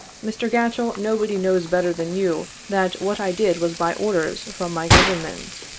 mr. gatchell, nobody knows better than you that what i did was by orders from my government.